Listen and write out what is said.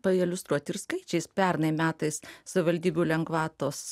pailiustruot ir skaičiais pernai metais savivaldybių lengvatos